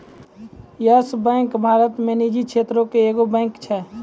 yes bank Bharat मे निजी क्षेत्रो के एगो बैंक छै